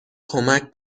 کمک